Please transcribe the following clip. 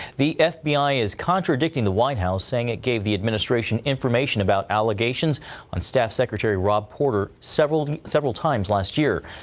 the f b i. is contradicting the white house, saying it gave the administration information about allegations on staff secretary rob porter several several times last year.